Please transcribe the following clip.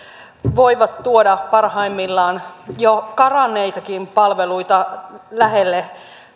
voivat tuoda parhaimmillaan jo karanneitakin palveluita lähelle